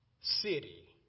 city